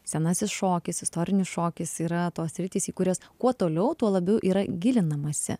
senasis šokis istorinis šokis yra tos sritys į kurias kuo toliau tuo labiau yra gilinamasi